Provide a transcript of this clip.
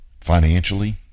financially